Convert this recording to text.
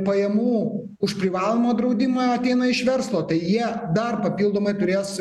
pajamų už privalomą draudimą ateina iš verslo tai jie dar papildomai turės